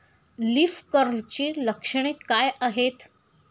Leaf कर्लची लक्षणे काय आहेत?